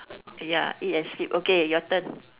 ya eat and sleep okay your turn